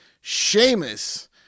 Sheamus